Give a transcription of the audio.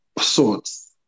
sorts